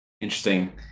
Interesting